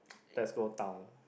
let's go town